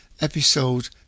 episode